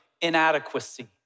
inadequacy